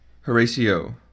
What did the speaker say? Horatio